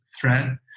thread